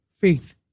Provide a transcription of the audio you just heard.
Faith